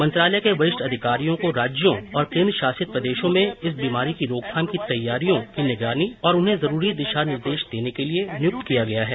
मंत्रालय के वरिष्ठ अधिकारियों को राज्यों और केन्द्रशासित प्रदेशों में इस बीमारी की रोकथाम की तैयारियों की निगरानी और उन्हें जरूरी दिशा निर्देश देने के लिए नियुक्त किया गया है